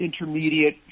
intermediate